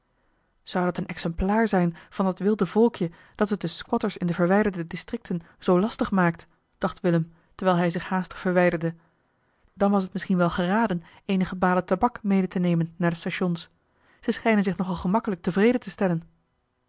zou dat een exemplaar zijn van dat wilde volkje dat het den squatters in de verwijderde districten zoo lastig maakt dacht willem terwijl hij zich haastig verwijderde dan was t misschien wel geraden eenige balen tabak mede te nemen naar de stations ze schijnen zich nog al gemakkelijk tevreden te stellen